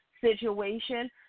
situation